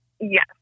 Yes